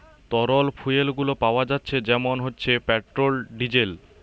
তরল ফুয়েল গুলো পাওয়া যাচ্ছে যেমন হচ্ছে পেট্রোল, ডিজেল